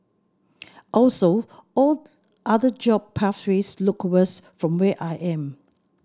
also all other job pathways look worse from where I am